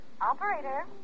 Operator